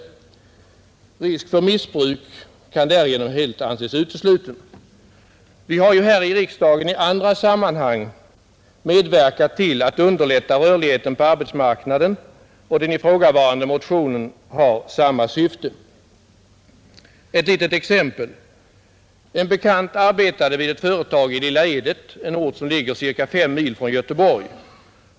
Risk för missbruk kan därigenom anses utesluten. Vi har här i riksdagen i andra sammanhang medverkat till att underlätta rörlighet på arbetsmarknaden. Den ifrågavarande motionen har samma syfte. Ett litet exempel. En bekant till mig arbetade vid ett företag i Lilla Edet, en ort cirka fem mil från Göteborg.